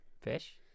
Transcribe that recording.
Fish